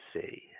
see